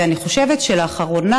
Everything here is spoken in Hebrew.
אני חושבת שלאחרונה,